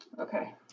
Okay